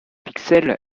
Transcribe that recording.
pixel